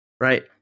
right